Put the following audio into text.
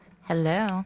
Hello